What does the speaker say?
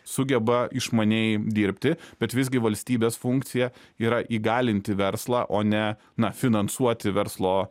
sugeba išmaniai dirbti bet visgi valstybės funkcija yra įgalinti verslą o ne na finansuoti verslo